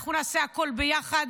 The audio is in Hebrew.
אנחנו נעשה הכול ביחד,